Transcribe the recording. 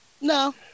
no